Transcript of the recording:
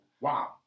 wow